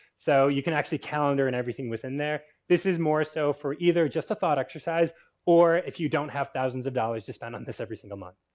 so you can actually calendar and everything within there. this is more so for either just a thought exercise or if you don't have thousands of dollars to spend on this every single month.